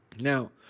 Now